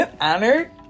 honored